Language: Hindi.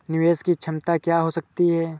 निवेश की क्षमता क्या हो सकती है?